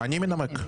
אני מנמק.